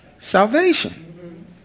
salvation